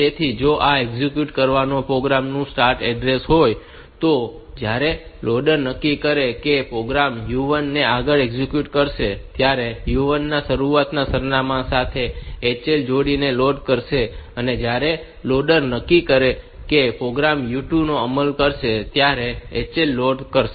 તેથી જો આમાં એક્ઝીક્યુટ કરવાના પ્રોગ્રામ નું સ્ટાર્ટ એડ્રેસ હોય તો જ્યારે લોડર નક્કી કરે છે કે તે પ્રોગ્રામ u1 ને આગળ એક્ઝિક્યુટ કરશે ત્યારે તે u1 ના શરૂઆતના સરનામા સાથે HL જોડી ને લોડ કરશે અને જ્યારે લોડર નક્કી કરે છે કે તે પ્રોગ્રામ u2 નો અમલ કરશે ત્યારે તે HL લોડ કરશે